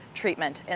treatment